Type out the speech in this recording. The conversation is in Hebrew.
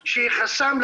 האשם,